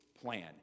plan